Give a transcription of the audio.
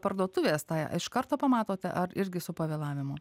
parduotuvės tą iš karto pamatote ar irgi su pavėlavimu